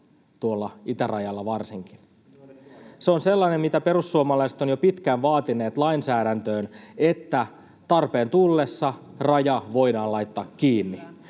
tuolla itärajalla varsinkin. Se on sellainen, mitä perussuomalaiset ovat jo pitkään vaatineet lainsäädäntöön — että tarpeen tullessa raja voidaan laittaa kiinni